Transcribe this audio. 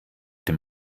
dem